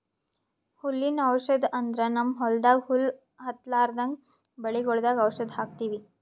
ಹುಲ್ಲಿನ್ ಔಷಧ್ ಅಂದ್ರ ನಮ್ಮ್ ಹೊಲ್ದಾಗ ಹುಲ್ಲ್ ಹತ್ತಲ್ರದಂಗ್ ಬೆಳಿಗೊಳ್ದಾಗ್ ಔಷಧ್ ಹಾಕ್ತಿವಿ